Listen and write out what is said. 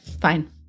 fine